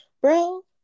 bro